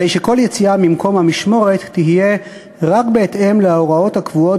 כל יציאה ממקום המשמורת תהיה רק בהתאם להוראות הקבועות